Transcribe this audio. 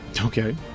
Okay